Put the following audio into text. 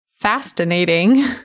fascinating